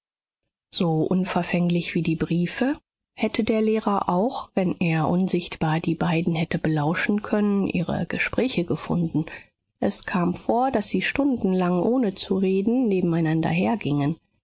so unverfänglich wie die briefe hätte der lehrer auch wenn er unsichtbar die beiden hätte belauschen können ihre gespräche gefunden es kam vor daß sie stundenlang ohne zu reden nebeneinander her